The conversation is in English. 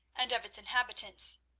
and of its inhabitants.